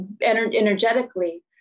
energetically